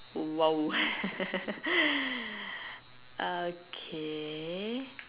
!wow! ah okay